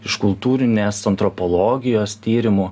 iš kultūrinės antropologijos tyrimų